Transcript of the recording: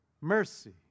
mercy